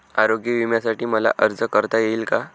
आरोग्य विम्यासाठी मला अर्ज करता येईल का?